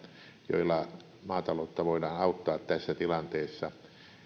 joilla maataloutta voidaan auttaa tässä tilanteessa